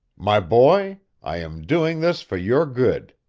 my boy, i am doing this for your good.